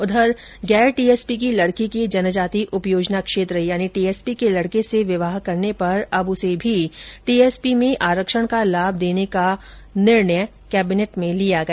उधर गैर टीएसपी की लड़की के जनजाति उपयोजना क्षेत्र यानि टीएसपी के लडके से विवाह करने पर अब उसे भी टीएसपी में आरक्षण का लाभ देने का भी केविनेट में निर्णय किया गया